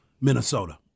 Minnesota